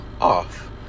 off